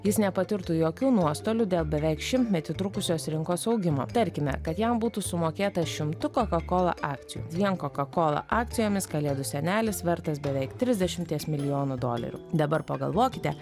jis nepatirtų jokių nuostolių dėl beveik šimtmetį trukusios rinkos augimo tarkime kad jam būtų sumokėta šimtu kokakola akcijų vien kokakola akcijomis kalėdų senelis vertas beveik trisdešimties milijonų dolerių dabar pagalvokite